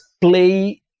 play